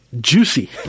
juicy